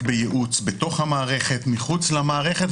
עוסק בייעוץ ארבעים שנה בתוך המערכת, מחוץ למערכת.